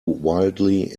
wildly